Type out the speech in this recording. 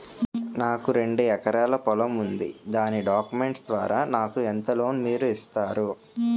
నాకు రెండు ఎకరాల పొలం ఉంది దాని డాక్యుమెంట్స్ ద్వారా నాకు ఎంత లోన్ మీరు ఇస్తారు?